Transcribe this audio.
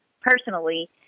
personally